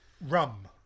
rum